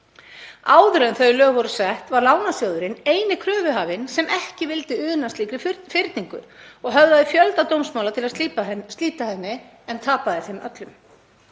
Áður en þau lög voru sett var Lánasjóðurinn eini kröfuhafinn sem ekki vildi una slíkri fyrningu og höfðaði fjölda dómsmála til að slíta henni en tapaði þeim öllum.